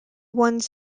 one